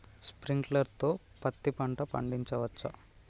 Sprinkler తో పత్తి పంట పండించవచ్చా?